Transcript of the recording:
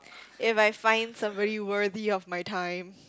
if I find somebody worthy of my time